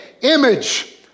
image